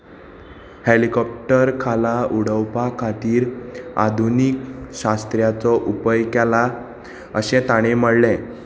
helicopter खाला उडोवपा खातीर आधुनीक शास्त्र्यांचो उपाय केला अशें ताणें म्हळें